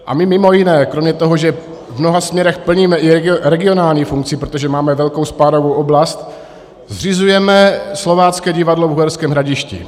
A my mimo jiné kromě toho, že v mnoha směrech plníme i regionální funkci, protože máme velkou spádovou oblast, zřizujeme Slovácké divadlo v Uherském Hradišti.